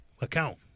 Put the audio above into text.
account